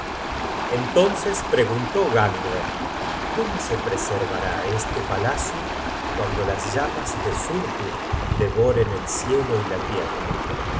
entonces preguntó gangler cómo se preservará este palacio cuando las llamas de surtur devoren el cielo y la tierra